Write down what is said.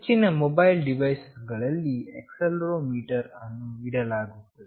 ಹೆಚ್ಚಿನ mobile device ಗಳಲ್ಲಿ accelerometer ಅನ್ನು ಇಡಲಾಗುತ್ತದೆ